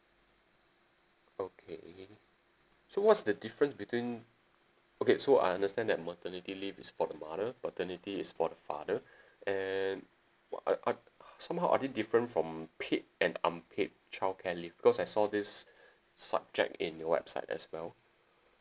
okay so what's the difference between okay so I understand that maternity leave is for the mother paternity is for the father and what I I somehow are they different from paid and unpaid childcare leave because I saw this subject in your website as well